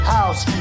House